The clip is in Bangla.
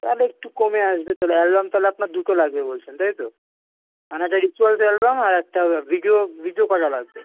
তাহলে একটু কমে আসবে তাহলে অ্যালবাম তাহলে আপনার দুটো লাগবে বলছেন তাই তো মানে একটা রিচুয়ালস অ্যালবাম আর একটা ভিডিও ভিডিও কটা লাগবে